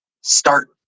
start